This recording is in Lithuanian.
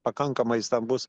pakankamai stambus